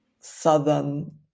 southern